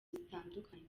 zitandukanye